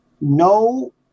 no